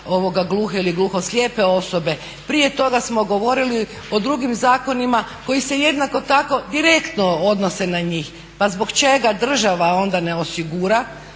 i na gluhe ili gluhoslijepe osobe. Prije toga smo govorili o drugim zakonima koji se jednako tako direktno odnose na njih. Pa zbog čega država onda ne osigura